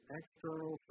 external